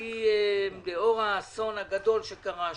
לאור האסון הגדול שקרה שם,